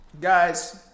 Guys